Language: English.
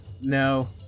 no